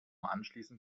anschließend